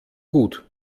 gut